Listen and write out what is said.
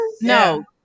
No